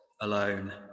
alone